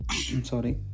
sorry